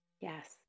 Yes